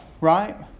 right